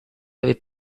avait